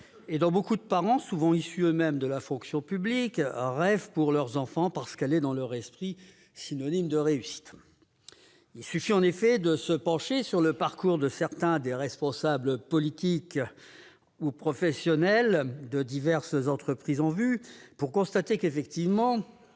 et dont beaucoup de parents, souvent issus eux-mêmes de la fonction publique, rêvent pour leurs enfants, parce qu'elle est dans leur esprit synonyme de réussite. Il suffit, en effet, de se pencher sur le parcours de certains des responsables politiques ou cadres supérieurs de diverses entreprises en vue pour constater que l'ENA fait